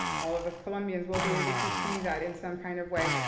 all of us colombians will be able to see that in some kind of way.